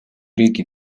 riigi